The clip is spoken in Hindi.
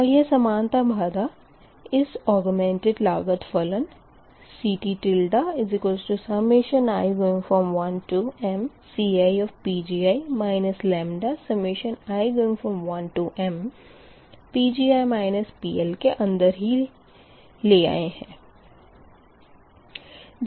और यह समानता बाधा इस औगमेंटेड लागत फलन CTi1mCi λi1mPgi PL के अंदर ही ले आए है